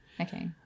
Okay